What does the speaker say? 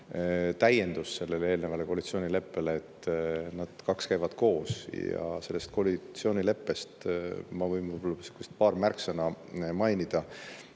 täiendus sellele eelnevale koalitsioonileppele, need kaks käivad koos. Ja sellest koalitsioonileppest ma võin paar märksõna mainida.